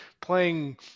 playing